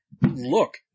Look